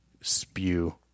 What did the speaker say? spew